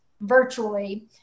virtually